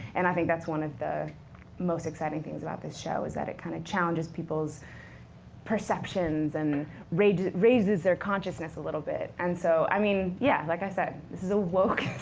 and i think that's one of the most exciting things about this show, is that it kind of challenges people's perceptions, and raises raises their consciousness a little bit. and so i mean, yeah, like i said, this is a woke